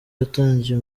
yatangiye